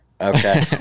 Okay